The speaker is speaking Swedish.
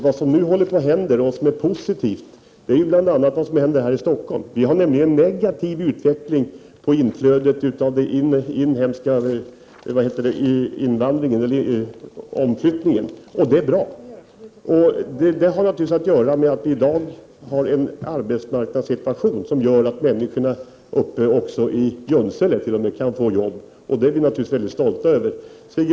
Vad som nu håller på att hända bl.a. här i Stockholm är positivt, nämligen en negativ omflyttning. Det har naturligtvis att göra med dagens arbetsmarknadssituation som innebär att människor t.o.m. uppe i Junsele kan få jobb. Det är något att vara stolt över.